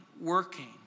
working